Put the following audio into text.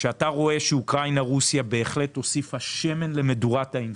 כשאתה רואה שאוקראינה-רוסיה בהחלט הוסיפו שמן למדורת האינפלציה,